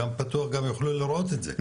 גם פתוח וגם יוכלו לראות את זה.